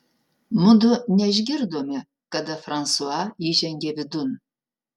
mudu neišgirdome kada fransua įžengė vidun